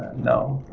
no,